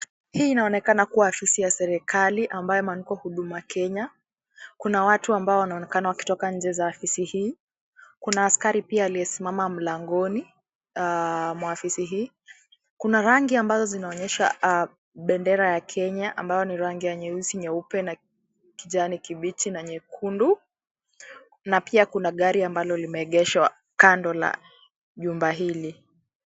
Hii inaonekana kuwa afisi ya serekali, ambayo imeandikwa huduma Kenya. Kuna watu ambao wanaonekana wakitoka nje za afisi hii, kuna askari pia aliyesimama mlangoni mwa afisi hii, kuna rangi ambazo zinaonyesha bendera ya Kenya ambayo ni rangi ya nyeusi, nyeupe, na kijani kibichi na nyekundu, na pia kuna gari ambalo limeegeshwa kando la jumba hili.